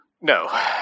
No